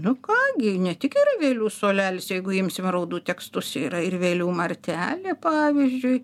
nu ką gi ne tik yra vėlių suolelis jeigu imsim raudų tekstus yra ir vėlių martelė pavyzdžiui